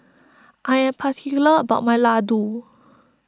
I am particular about my Ladoo